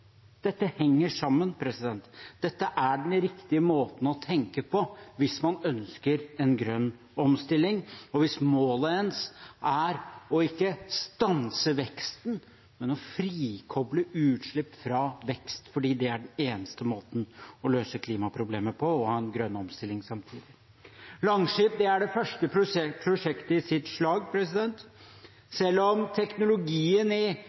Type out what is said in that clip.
Dette henger sammen. Dette er den riktige måten å tenke på hvis man ønsker en grønn omstilling, og hvis ens måt ikke er å stanse veksten, men å frikoble utslipp fra vekst, fordi det er den eneste måten å løse klimaproblemet på og ha en grønn omstilling samtidig. Langskip er det første prosjektet i sitt slag. Selv om teknologien i